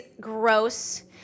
Gross